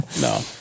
no